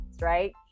right